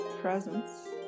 presence